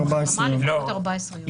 14 ימים.